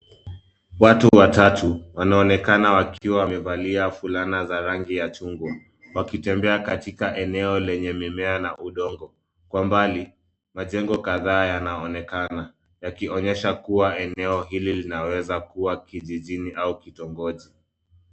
Watu watatu wanaonekana wakiwa wamevalia fulana za rangi ya chungwa. Wakitembea katika eneo lenye mimea na udongo. Kwa mbali majengo kadhaa yanaonekana yakionyesha kuwa eneo hili linaweza kuwa kijijini au kitongoji.